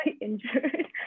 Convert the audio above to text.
injured